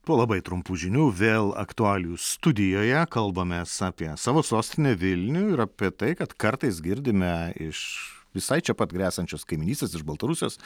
po labai trumpų žinių vėl aktualijų studijoje kalbamės apie savo sostinę vilnių ir apie tai kad kartais girdime iš visai čia pat esiančios kaimynystės iš baltarusijos